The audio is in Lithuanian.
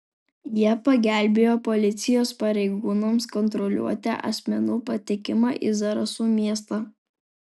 jie pagelbėjo policijos pareigūnams kontroliuoti asmenų patekimą į zarasų miestą